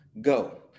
Go